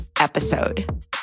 episode